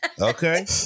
Okay